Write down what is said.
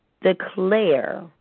declare